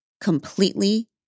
completely